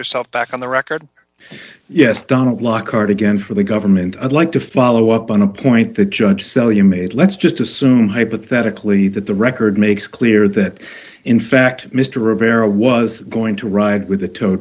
yourself back on the record yes donald lockhart again for the government i'd like to follow up on a point that judge so you made let's just assume hypothetically that the record makes clear that in fact mr rivera was going to ride with a tow